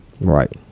Right